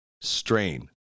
strain